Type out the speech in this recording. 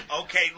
Okay